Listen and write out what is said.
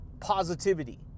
positivity